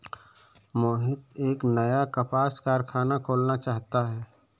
मोहित एक नया कपास कारख़ाना खोलना चाहता है